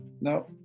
Now